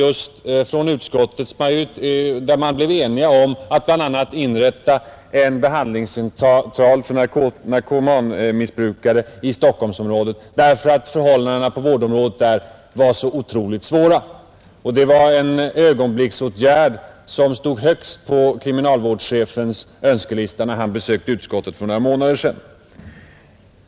Utskottet blev enigt om att bl.a. inrätta en behandlingscentral för narkotikamissbrukare i Stockholmsområdet, eftersom förhållandena på vårdområdet där var så otroligt svåra. Det var en ögonblicksåtgärd som stod högst på kriminalvårdschefens önskelista när han besökte utskottet för några månader sedan.